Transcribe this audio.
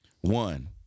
One